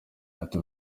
ati